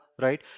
right